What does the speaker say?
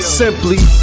simply